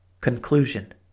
Conclusion